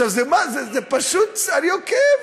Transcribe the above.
זה פשוט, אתה עוקב?